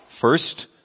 First